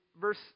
verse